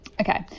Okay